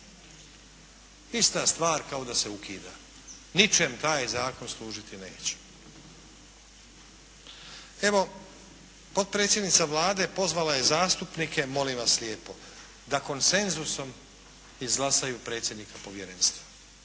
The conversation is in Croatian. Ista stvar kao da se ukida. Ničem taj zakon služiti neće. Evo potpredsjednica Vlade pozvala je zastupnike, molim vas lijepo, da konsenzusom izglasaju predsjednika povjerenstva,